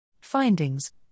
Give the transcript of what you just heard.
Findings